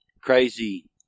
crazy